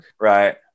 right